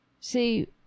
See